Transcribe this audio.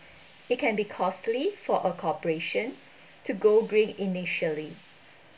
it can be costly for a corporation to go green initially